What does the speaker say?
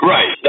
Right